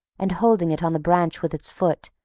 and, holding it on the branch with its foot,